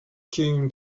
tune